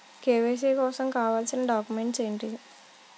KYC కోసం కావాల్సిన documents ఎంటి?